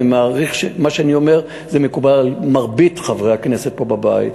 אני מעריך שמה שאני אומר מקובל על מרבית חברי הכנסת פה בבית,